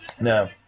No